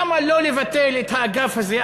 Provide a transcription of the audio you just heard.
למה לא לבטל את האגף הזה,